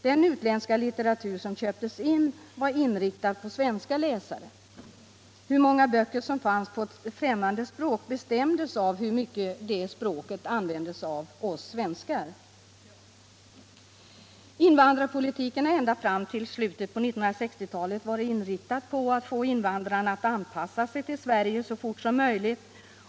Den utländska litteratur som inköptes var inriktad på svenska läsare. Hur många böcker som fanns på ett främmande språk bestämdes av hur mycket det språket användes av oss svenskar. Invandrarpolitiken har ända fram till slutet av 1960-talet varit inriktad på att få invandrarna att anpassa sig till Sverige så fort som möjligt.